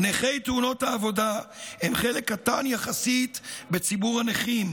נכי תאונות העבודה הם חלק קטן יחסית בציבור הנכים,